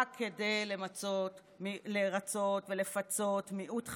רק כדי לרצות ולפצות מיעוט חמדן,